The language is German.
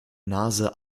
nase